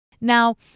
Now